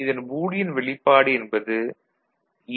இதன் பூலியன் வெளிப்பாடு என்பது A